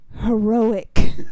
heroic